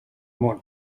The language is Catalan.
món